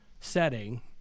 setting